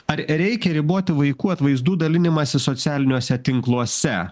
ar reikia riboti vaikų atvaizdų dalinimąsi socialiniuose tinkluose